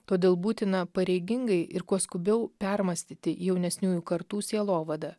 todėl būtina pareigingai ir kuo skubiau permąstyti jaunesniųjų kartų sielovadą